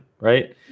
right